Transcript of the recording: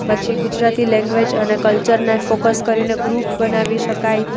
પછી ગુજરાતી લેંગ્વેજ અને કલ્ચરને ફોકસ કરીને ગ્રુપ બનાવી શકાય